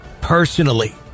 personally